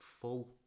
full